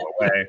away